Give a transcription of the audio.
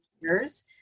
years